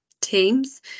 teams